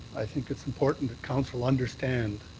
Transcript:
i think it's important that council understand